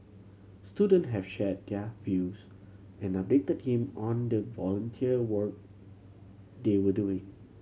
student have shared their views and updated him on the volunteer work they were doing